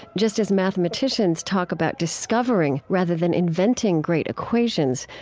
just as mathematicians talk about discovering rather than inventing great equations,